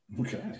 Okay